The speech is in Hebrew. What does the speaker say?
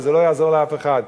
וזה לא יעזור לאף אחד.